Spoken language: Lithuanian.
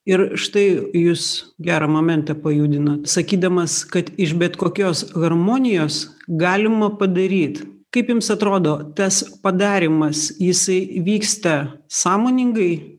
ir štai jūs gerą momentą pajudinot sakydamas kad iš bet kokios harmonijos galima padaryt kaip jums atrodo tas padarymas jisai vyksta sąmoningai